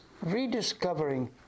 rediscovering